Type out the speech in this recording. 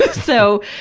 so,